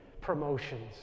promotions